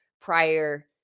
prior